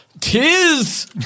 Tis